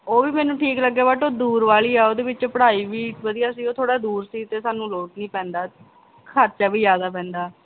ਉਹ ਵੀ ਮੈਨੂੰ ਠੀਕ ਲੱਗਿਆ ਬਟ ਉਹ ਦੂਰ ਵਾਹਲੀ ਆ ਉਹਦੇ ਵਿੱਚ ਪੜ੍ਹਾਈ ਵੀ ਵਧੀਆ ਸੀ ਉਹ ਥੋੜ੍ਹਾ ਜਿਹਾ ਦੂਰ ਸੀ ਅਤੇ ਸਾਨੂੰ ਲੋਟ ਨਹੀਂ ਪੈਂਦਾ ਖਰਚਾ ਵੀ ਜ਼ਿਆਦਾ ਪੈਂਦਾ